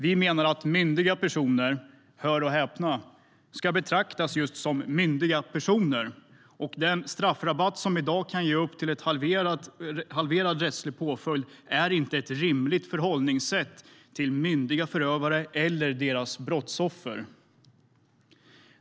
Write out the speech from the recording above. Vi menar att myndiga personer - hör och häpna - ska betraktas just som myndiga personer. Den straffrabatt som i dag kan ge upp till en halverad rättslig påföljd är inte ett rimligt förhållningssätt vare sig till myndiga förövare eller deras brottsoffer.